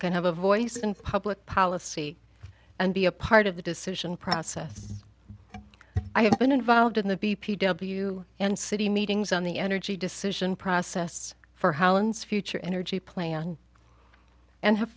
can have a voice in public policy and be a part of the decision process i have been involved in the b p w and city meetings on the energy decision process for holland's future energy plan and have